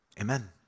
Amen